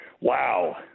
Wow